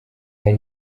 hari